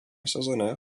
sezone